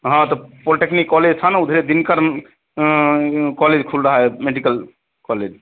हाँ तो polytechnic college था ना उधे दिनकर कॉलेज खुल रहा है मेडिकल कॉलेज